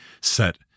set